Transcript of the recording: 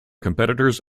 competitors